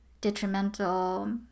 detrimental